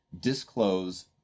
disclose